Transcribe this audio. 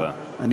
תודה רבה.